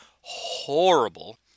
horrible